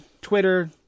Twitter